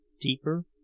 deeper